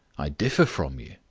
i differ from you,